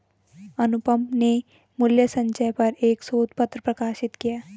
अनुपम ने मूल्य संचय पर एक शोध पत्र प्रकाशित किया